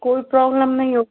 कोई प्रॉबलम नहीं होगी